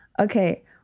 okay